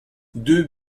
deux